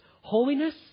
holiness